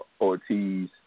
Ortiz